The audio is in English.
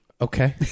okay